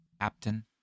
Captain